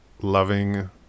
loving